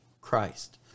Christ